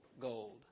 gold